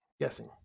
Guessing